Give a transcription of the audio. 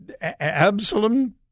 Absalom